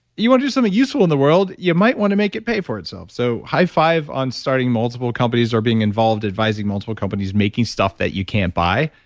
you want to do something useful in the world, you might want to make it pay for itself. so high five on starting multiple companies or being involved advising multiple companies making stuff that you can't buy.